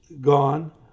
gone